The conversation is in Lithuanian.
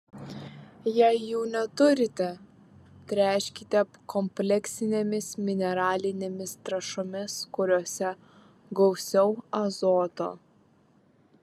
jei jų neturite tręškite kompleksinėmis mineralinėmis trąšomis kuriose gausiau azoto